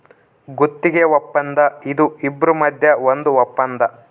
ಗುತ್ತಿಗೆ ವಪ್ಪಂದ ಇದು ಇಬ್ರು ಮದ್ಯ ಒಂದ್ ವಪ್ಪಂದ